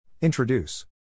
Introduce